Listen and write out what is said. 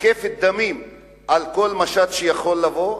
מתקפת דמים על כל משט שיכול לבוא.